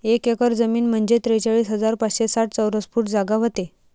एक एकर जमीन म्हंजे त्रेचाळीस हजार पाचशे साठ चौरस फूट जागा व्हते